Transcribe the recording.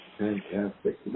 fantastic